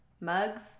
mugs